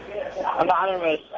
Anonymous